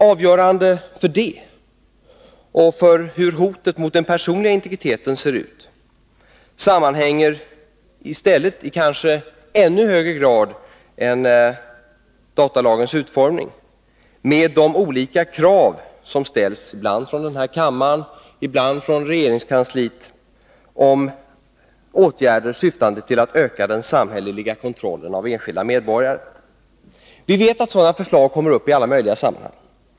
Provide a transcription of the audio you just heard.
Avgörande för det och för hur hotet mot den personliga integriteten ser ut sammanhänger i stället, i kanske ännu högre grad än med datalagens utformning, med de olika krav som ställs, ibland från denna kammare och ibland från regeringskansliet, på åtgärder syftande till att öka den samhälleliga kontrollen av enskilda medborgare. Vi vet att sådana förslag kommer upp i alla möjliga sammanhang.